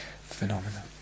phenomena